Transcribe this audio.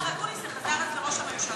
רגע, סליחה, השר אקוניס, זה חזר אז לראש הממשלה?